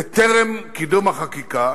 בטרם קידום החקיקה,